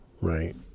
right